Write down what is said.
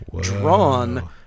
drawn